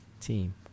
team